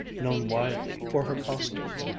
known widely for her costumes,